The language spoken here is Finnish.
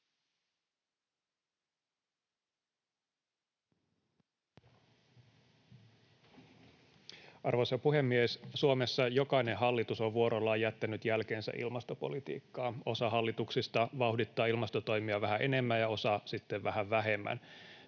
Arvoisa puhemies! Suomessa jokainen hallitus on vuorollaan jättänyt jälkensä ilmastopolitiikkaan. Osa hallituksista vauhdittaa ilmastotoimia vähän enemmän ja osa sitten vähän vähemmän.